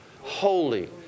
holy